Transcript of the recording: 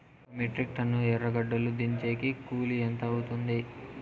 ఒక metric ton ఎర్రగడ్డలు దించేకి కూలి ఎంత అవుతుంది?